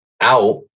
out